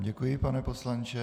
Děkuji vám, pane poslanče.